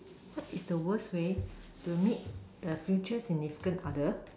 what is the worst way to meet a future significant other